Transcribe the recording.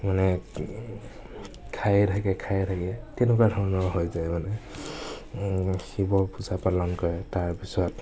মানে খায়ে থাকে খায়ে থাকে তেনেকুৱা ধৰণৰ হৈ যায় মানে শিৱ পূজা পালন কৰে তাৰপিছত